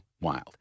wild